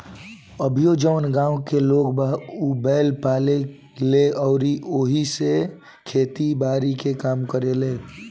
अभीओ जवन गाँव के लोग बा उ बैंल पाले ले अउरी ओइसे खेती बारी के काम करेलें